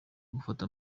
gufata